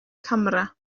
camera